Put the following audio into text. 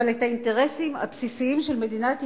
אבל את האינטרסים הבסיסיים של מדינת ישראל,